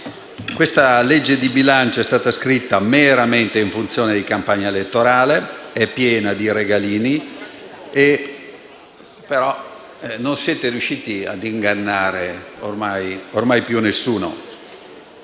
di legge di bilancio in esame è stato scritto meramente in funzione della campagna elettorale (è pieno di regalini), ma non siete riusciti a ingannare ormai più nessuno.